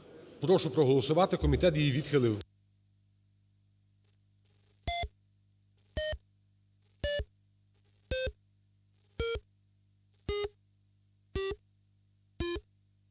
прошу проголосувати. Комітет її відхилив.